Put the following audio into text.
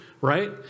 right